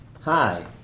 Hi